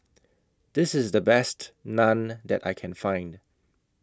This IS The Best Naan that I Can Find